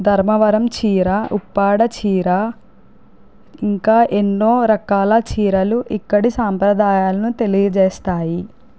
ధర్మవరం చీర ఉప్పాడ చీర ఇంకా ఎన్నో రకాల చీరలు ఇక్కడి సాంప్రదాయాలను తెలియజేస్తాయి